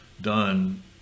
done